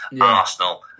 Arsenal